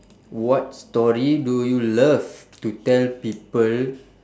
what story do you love to tell people